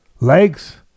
legs